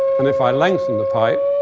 and if i lengthen the pipe,